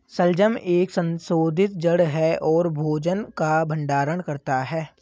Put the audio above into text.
शलजम एक संशोधित जड़ है और भोजन का भंडारण करता है